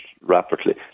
rapidly